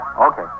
Okay